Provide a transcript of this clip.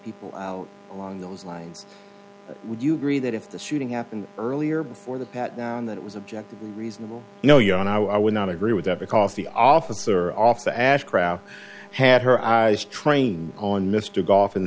people along those lines would you agree that if the shooting happened earlier before the pat down that it was objective and reasonable you know you and i would not agree with that because the officer off the ashcraft had her eyes trained on mr goff in